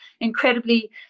incredibly